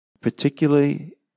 particularly